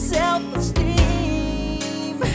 self-esteem